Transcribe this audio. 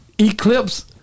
Eclipse